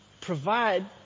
provide